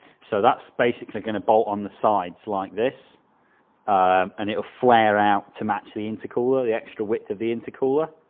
so that's basically going to bolt on the sides like this and it will flare out to match the intercooler the actual width of the intercooler.